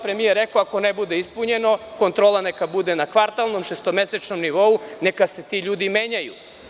Premijer je rekao, ako ne bude ispunjeno, kontrola neka bude na kvartalnom, šestomesečnom nivou i neka se ti ljudi menjaju.